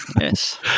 yes